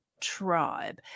tribe